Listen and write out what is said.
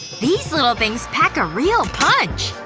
these little things pack a real punch!